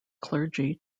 clergy